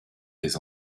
des